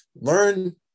learn